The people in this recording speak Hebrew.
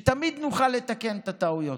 כדי שתמיד נוכל לתקן את הטעויות.